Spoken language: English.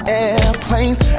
airplanes